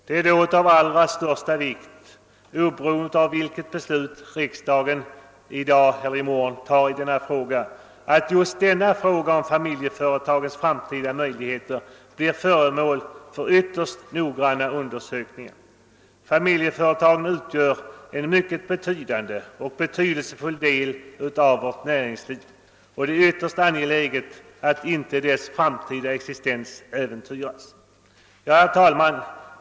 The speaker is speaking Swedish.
Det är då av allra största vikt, oberoende av vilket beslut riksdagen nu fattar i detta ärende, att just frågan om familjeföretagens framtida möjligheter blir föremål för ytterst noggranna undersökningar. Familjeföretagen utgör en mycket betydande och betydelsefull del av vårt näringsliv, och det är ytterst angeläget att deras framtida existens inte äventyras. Herr talman!